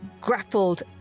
grappled